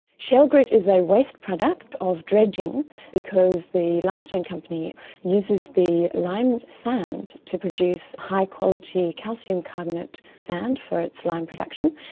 shell grit is a waste product of dredging because the limestone company uses the lime sand to produce high quality calcium carbonate sand for its lime production,